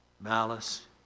malice